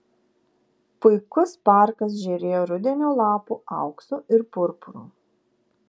puikus parkas žėrėjo rudenio lapų auksu ir purpuru